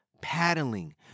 paddling